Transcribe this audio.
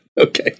Okay